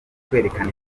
kwerekana